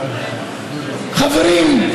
חברים,